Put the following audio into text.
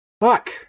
Fuck